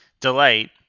delight